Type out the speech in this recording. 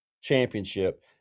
championship